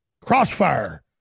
Crossfire